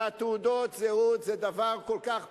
ותעודות הזהות זה דבר כל כך פשוט.